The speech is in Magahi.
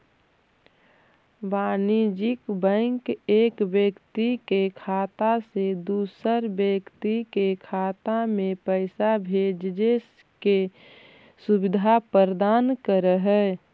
वाणिज्यिक बैंक एक व्यक्ति के खाता से दूसर व्यक्ति के खाता में पैइसा भेजजे के सुविधा प्रदान करऽ हइ